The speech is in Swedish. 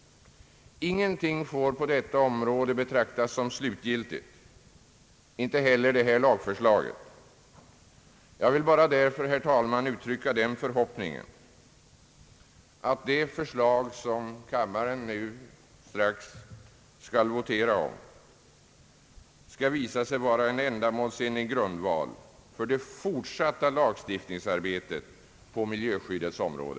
Ingenting får på detta område betraktas som slutgiltigt — inte heller detta lagförslag. Jag vill därför bara, herr talman, uttrycka den förhoppningen att det för Nr 28 147 Ang. förslag till miljöskyddslag m.m. slag som kammaren strax skall votera om skall visa sig vara en ändamålsenlig grundval för det fortsatta lagstiftningsarbetet på miljöskyddets område.